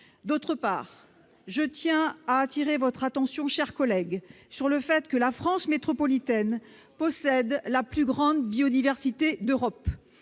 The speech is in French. ailleurs, je tiens à attirer votre attention, mes chers collègues, sur le fait que la France métropolitaine possède la plus grande biodiversité d'Europe.